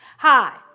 Hi